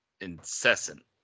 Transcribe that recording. incessant